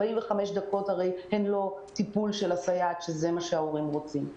45 דקות זה לא טיפול של הסייעת שההורים רוצים.